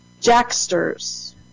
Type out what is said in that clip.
Jacksters